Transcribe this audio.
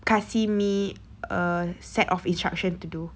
kasih me a set of instruction to do